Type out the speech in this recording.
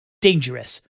dangerous